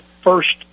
first